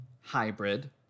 hybrid